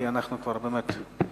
כי אנחנו כבר באמת הרבה מעבר לזמן.